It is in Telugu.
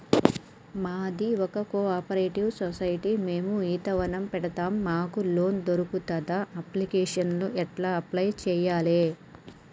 మాది ఒక కోఆపరేటివ్ సొసైటీ మేము ఈత వనం పెడతం మాకు లోన్ దొర్కుతదా? అప్లికేషన్లను ఎట్ల అప్లయ్ చేయాలే?